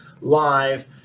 live